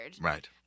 right